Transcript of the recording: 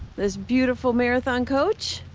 this beautiful marathon coach.